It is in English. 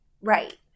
Right